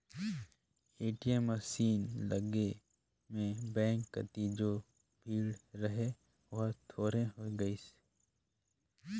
ATM machine लगे में bank कति जे भीड़ रहें ओहर थोरहें होय गईसे